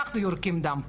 אנחנו יורקים דם פה.